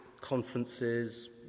conferences